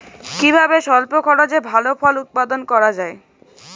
কিভাবে স্বল্প খরচে ভালো ফল উৎপাদন করা যায়?